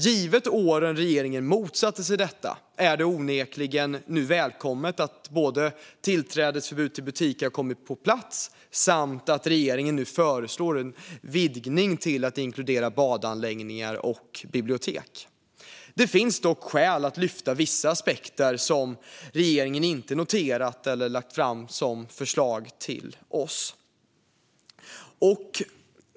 Givet åren regeringen motsatte sig detta är det onekligen välkommet att både tillträdesförbud till butiker har kommit på plats och att regeringen nu föreslår en utvidgning av förbudet till att gälla även badanläggningar och bibliotek. Det finns dock skäl att lyfta vissa aspekter som regeringen inte noterat eller lagt fram som förslag till oss.